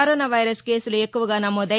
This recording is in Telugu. కరోనా వైరస్ కేసులు ఎక్కువుగా నమోదై